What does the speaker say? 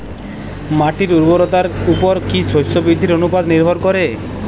মাটির উর্বরতার উপর কী শস্য বৃদ্ধির অনুপাত নির্ভর করে?